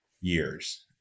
years